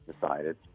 decided